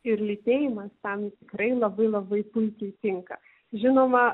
ir lytėjimas tam tikrai labai labai puikiai tinka žinoma